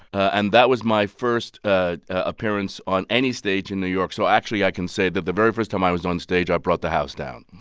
and that was my first ah appearance on any stage in new york. so actually, i can say that the very first time i was onstage, i brought the house down.